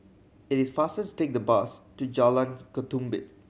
it is faster to take the bus to Jalan Ketumbit